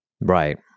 Right